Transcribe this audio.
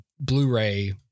Blu-ray